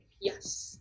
Yes